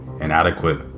inadequate